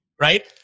right